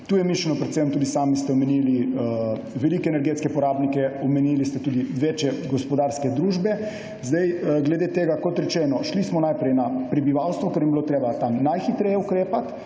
Tu je mišljeno predvsem, tudi sami ste omenili velike energetske porabnike, omenili ste tudi večje gospodarske družbe. Glede tega, kot rečeno, smo šli najprej na prebivalstvo, ker je bilo treba tam najhitreje ukrepati,